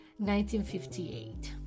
1958